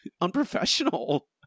unprofessional